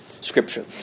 scripture